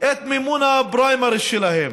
את מימון הפריימריז שלהם.